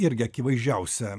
irgi akivaizdžiausią